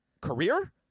career